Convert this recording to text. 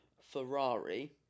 Ferrari